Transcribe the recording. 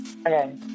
okay